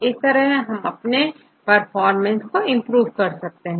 इस तरह हम अपने परफॉर्मेंस को इंप्रूव कर सकते हैं